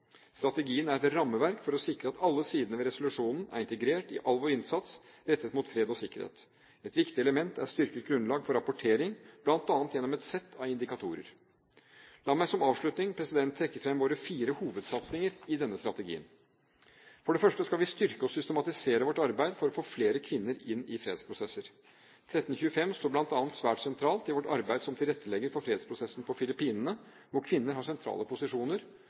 Strategien er et rammeverk for å sikre at alle sidene ved resolusjonen er integrert i all vår innsats rettet mot fred og sikkerhet. Et viktig element er styrket grunnlag for rapportering, bl.a. gjennom et sett av indikatorer. La meg som avslutning trekke fram våre fire hovedsatsinger i denne strategien: For det første skal vi styrke og systematisere vårt arbeid for å få flere kvinner inn i fredsprosesser. Resolusjon 1325 står bl.a. svært sentralt i vårt arbeid som tilrettelegger for fredsprosessen på Filippinene, hvor kvinner har sentrale posisjoner,